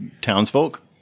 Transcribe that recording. townsfolk